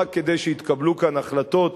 זה רק כדי שיתקבלו כאן החלטות